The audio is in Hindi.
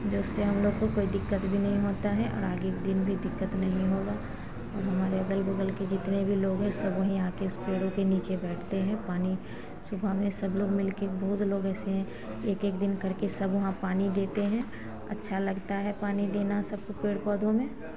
जैसे हम लोग को कोई दिक्कत भी नहीं होता है और आगे दिन भी दिक्कत नहीं होगा अब हमारे अगल बगल के जितने भी लोग हैं सब वहीं आते इस पेड़ों के नीचे बैठते हैं पानी सुबह में सब लोग मिल के बहुत लोग ऐसे हैं एक एक दिन करके सब वहाँ पानी देते हैं अच्छा लगता है पानी देना सब को पेड़ पौधों में